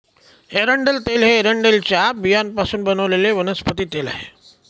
एरंडेल तेल हे एरंडेलच्या बियांपासून बनवलेले वनस्पती तेल आहे